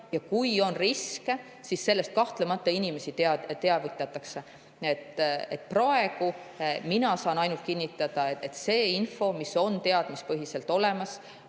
ja kui on riske, siis sellest kahtlemata inimesi teavitatakse. Praegu saan mina kinnitada ainult seda, et see info, mis on teadmispõhiselt olemas,